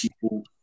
people